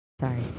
sorry